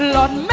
Lord